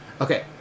Okay